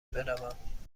بروم